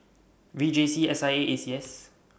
V J C S I A A C S